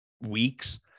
weeks